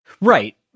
right